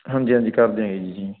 ਹਾਂਜੀ ਹਾਂਜੀ ਕਰ ਦਿਆਂਗੇ ਜੀ